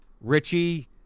Richie—